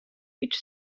each